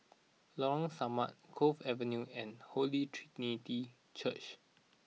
Lorong Samak Cove Avenue and Holy Trinity Church